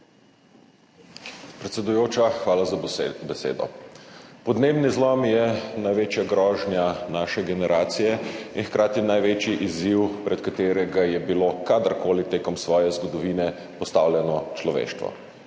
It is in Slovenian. Predsedujoča, hvala za besedo. Podnebni zlom je največja grožnja naše generacije in hkrati največji izziv, pred katerega je bilo kadarkoli v svoji zgodovini postavljeno človeštvo.